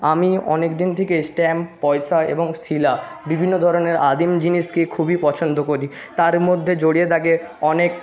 আমি অনেকদিন থেকে স্ট্যাম্প পয়সা এবং শিলা বিভিন্ন ধরনের আদিম জিনিসকে খুবই পছন্দ করি তার মধ্যে জড়িয়ে থাকে অনেক